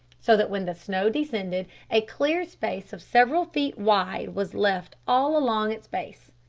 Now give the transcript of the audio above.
so that when the snow descended, a clear space of several feet wide was left all along its base.